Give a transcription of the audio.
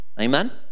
Amen